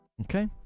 okay